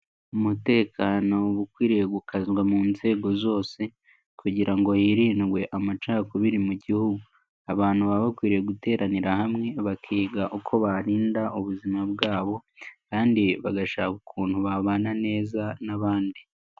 Umutekano uba ukwiriye gukazwa mu nzego zose kugira ngo hirindwe amacakubiri mu Gihugu. Abantu baba bakwiriye guteranira hamwe bakiga uko barinda ubuzima bwabo, kandi bagashaka ukuntu babana neza n'abandi.